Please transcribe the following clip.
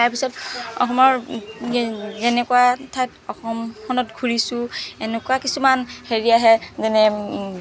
তাৰপিছত অসমৰ যেনেকুৱা ঠাইত অসমখনত ঘূৰিছো এনেকুৱা কিছুমান হেৰি আহে যেনে